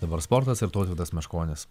dabar sportas ir tautvydas meškonis